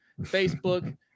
Facebook